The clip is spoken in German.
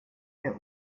der